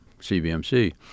CBMC